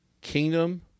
kingdom